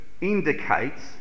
indicates